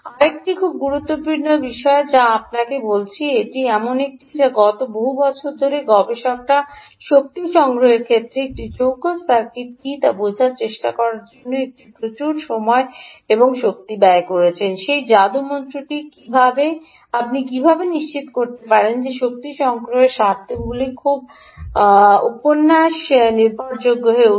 আরেকটি গুরুত্বপূর্ণ বিষয় যা আমি আপনাকে বলছি এটি এমনটি যা গত বহু বছর ধরে গবেষকরা শক্তি সংগ্রহের ক্ষেত্রে একটি ভাল সার্কিট কী তা বোঝার চেষ্টা করার জন্য একটি প্রচুর সময় এবং শক্তি ব্যয় করেছেন সেই যাদু মন্ত্রটি কীভাবে আপনি কীভাবে নিশ্চিত করতে পারেন যে শক্তি সংগ্রহের সার্কিটগুলি খুব উপন্যাস নির্ভরযোগ্য হয়ে উঠুন